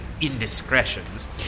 indiscretions